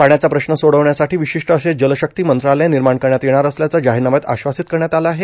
पाण्याचा प्रश्न सोडवण्यासाठी विशिष्ट असे जलशक्ती मंत्रालय निर्माण करण्यात येणार असल्याचं जाहीरनाम्यात आश्वासित करण्यात आलं आहे